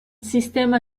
sistema